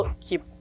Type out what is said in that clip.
keep